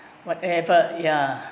whatever ya